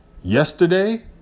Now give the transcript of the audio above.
yesterday